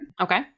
okay